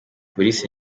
polisi